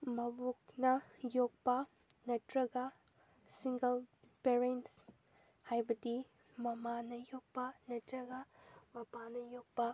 ꯃꯕꯣꯛꯅ ꯌꯣꯛꯄ ꯅꯠꯇ꯭ꯔꯒ single parents ꯍꯥꯏꯕꯗꯤ ꯃꯃꯥꯅ ꯌꯣꯛꯄ ꯅꯠꯇ꯭ꯔꯒ ꯃꯄꯥꯅ ꯌꯣꯛꯄ